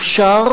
אפשר,